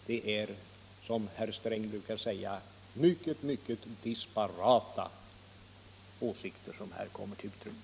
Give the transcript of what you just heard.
Det är som herr Sträng brukar säga mycket disparata åsikter som här kommer till uttryck.